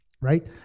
right